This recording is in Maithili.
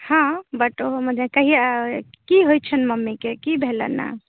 हाँ बट ओहोमे जे कहिआ की होइ छनि मम्मीके की भेलनि हंँ